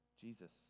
Jesus